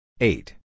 Eight